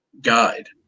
guide